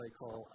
call